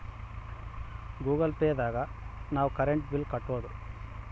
Google Pay ದಾಗ ನಾವ್ current bill ಕಟ್ಟೋದು